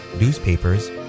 newspapers